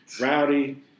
Rowdy